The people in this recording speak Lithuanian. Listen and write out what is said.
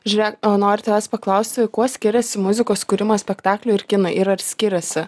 žiūrėk noriu tavęs paklausti kuo skiriasi muzikos kūrimas spektakliui ir kinui ir ar skiriasi